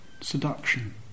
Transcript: seduction